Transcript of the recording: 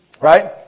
Right